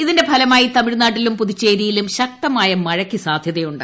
ഇതിന്റെ ഫലമായി തമിഴ്നാട്ടിലും പുതുച്ചേരിയിലും ശക്തമായ മഴയ്ക്ക് സാധ്യതയുണ്ട്